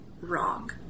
wrong